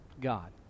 God